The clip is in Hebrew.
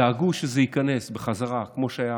דאגו שהוא ייכנס בחזרה כמו שהיה